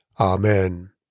Amen